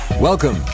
Welcome